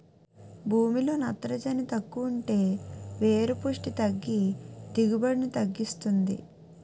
భూమిలో నత్రజని తక్కువుంటే వేరు పుస్టి తగ్గి దిగుబడిని తగ్గిస్తుంది